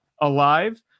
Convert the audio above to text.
alive